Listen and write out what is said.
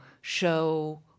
show